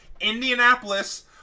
Indianapolis